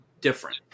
different